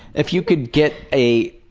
if you could get a